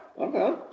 Okay